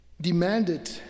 demanded